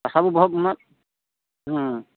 ସବୁ ହୁଁ